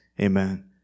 Amen